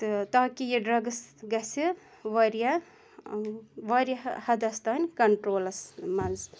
تہٕ تاکہِ یہِ ڈرٛگٕس گژھِ واریاہ واریاہ واریاہ حَدَس تانۍ کَنٹرٛولَس منٛز